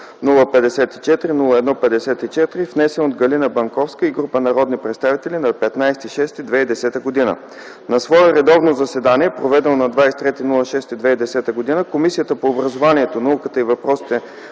054-01-54, внесен от Галина Банковска и група народни представители на 15.06.2010 г. На свое редовно заседание, проведено на 23.06.2010 г., Комисията по образованието, науката и въпросите